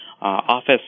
Office